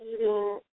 eating